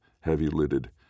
heavy-lidded